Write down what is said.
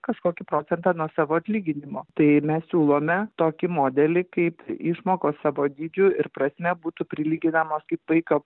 kažkokį procentą nuo savo atlyginimo tai mes siūlome tokį modelį kaip išmokos savo dydžiu ir prasme būtų prilyginamos kaip vaiko